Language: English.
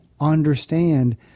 understand